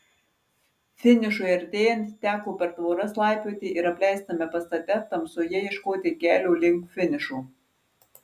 finišui artėjant teko per tvoras laipioti ir apleistame pastate tamsoje ieškoti kelio link finišo